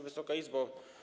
Wysoka Izbo!